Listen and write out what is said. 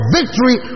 victory